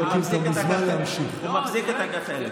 הוא מחזיק את הגחלת.